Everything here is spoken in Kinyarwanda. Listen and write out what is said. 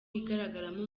igaragaramo